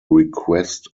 request